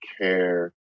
care